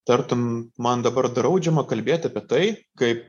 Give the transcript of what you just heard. tartum man dabar draudžiama kalbėt apie tai kaip